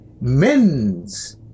men's